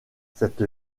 cette